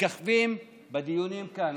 מככבים בדיונים כאן.